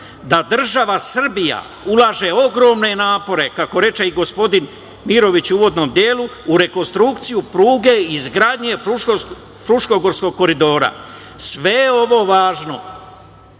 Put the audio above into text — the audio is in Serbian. da država Srbija ulaže ogromne napore, kako reče i gospodin Mirović u uvodnom delu, u rekonstrukciju pruge i izgradnje Fruškogorskog koridora. Sve je ovo važno